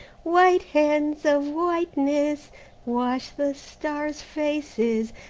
white hands of whiteness wash the stars' faces,